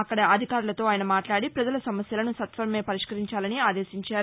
అక్కడి అధికారులతో ఆయన మాట్లాడి ప్రజల సమస్యలను సత్వరమే పరిష్కరించాలని ఆదేశించారు